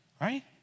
right